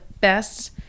best